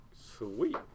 Sweet